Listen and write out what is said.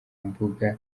mbuga